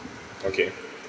okay